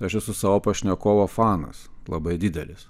aš esu savo pašnekovo fanas labai didelis